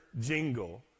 Jingle